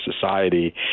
society